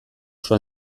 oso